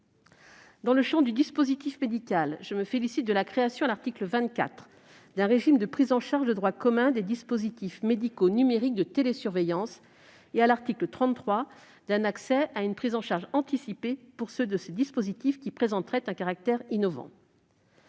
Dans le champ du dispositif médical, je me félicite de la création, à l'article 24, d'un régime de prise en charge de droit commun des dispositifs médicaux numériques de télésurveillance et, à l'article 33, d'un accès à une prise en charge anticipée pour ceux de ces dispositifs qui présenteraient un caractère innovant.